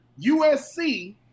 USC